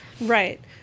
right